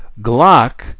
Glock